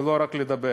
ולא רק לדבר.